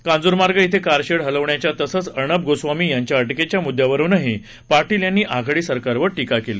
कांजूरमार्ग इथं कारशेड हलवण्याच्या तसंच अर्णब गोस्वामी यांच्या अटकेच्या मुद्यांवरूनही पाटील यांनी आघाडी सरकारवर टिका केली